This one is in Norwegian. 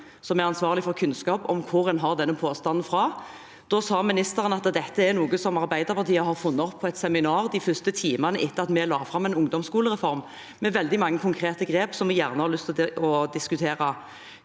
som er ansvarlig for kunnskap, om hvor en har denne påstanden fra. Da sa ministeren at dette er noe som Arbeiderpartiet har funnet opp på et seminar de første timene etter at vi la fram en ungdomsskolereform med veldig mange konkrete grep som vi har lyst til å diskutere.